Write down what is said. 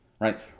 right